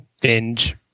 binge